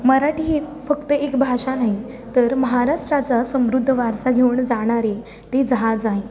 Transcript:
मराठी ही फक्त एक भाषा नाही तर महाराष्ट्राचा समृद्ध वारसा घेऊन जाणारे ते जहाज आहे